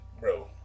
bro